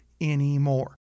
anymore